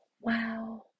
Wow